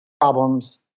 problems